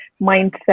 mindset